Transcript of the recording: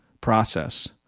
process